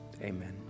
amen